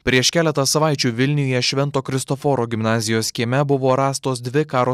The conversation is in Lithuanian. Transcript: prieš keletą savaičių vilniuje švento kristoforo gimnazijos kieme buvo rastos dvi karo